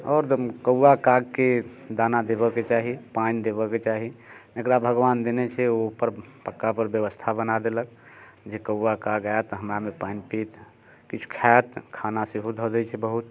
आओर कौवा कागके दाना देबऽके चाही पानि देबऽके चाही जेकरा भगवान देने छै ओ ऊपर पक्का पर व्यवस्था बना देलक जे कौवा काग आएत हमरामे पानि पीत किछु खाएत खाना सेहो धऽ दै छै बहुत